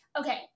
Okay